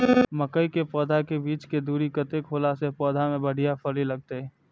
मके के पौधा के बीच के दूरी कतेक होला से पौधा में बढ़िया फली लगते?